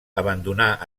abandonà